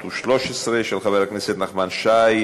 316 של חבר הכנסת נחמן שי,